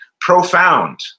Profound